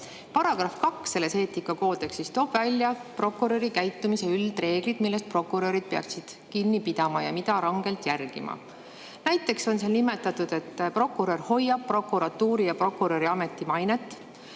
Paragrahv 2 selles eetikakoodeksis toob välja prokuröri käitumise üldreeglid, millest prokurörid peaksid kinni pidama ja mida rangelt järgima. Näiteks on seal nimetatud, et prokurör hoiab prokuratuuri ja prokuröri ameti mainet;